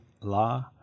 la